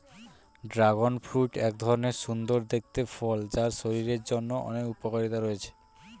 dragon fruit এক ধরণের সুন্দর দেখতে ফল যার শরীরের জন্য অনেক উপকারিতা রয়েছে